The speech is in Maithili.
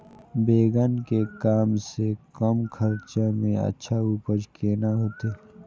बेंगन के कम से कम खर्चा में अच्छा उपज केना होते?